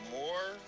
more